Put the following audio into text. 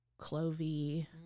clovey